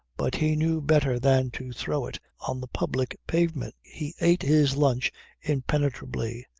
but he knew better than to throw it on the public pavement. he ate his lunch impenetrably,